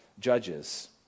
Judges